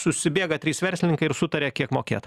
susibėga trys verslininkai ir sutaria kiek mokėt